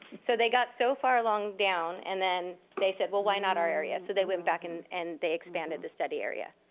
so they got so far along down, and then they said, well, why not our area? so they went back and and they expanded the study area.